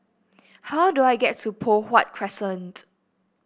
how do I get to Poh Huat Crescent